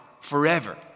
forever